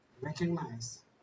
recognize